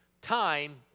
time